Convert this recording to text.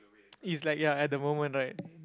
is like ya at the moment right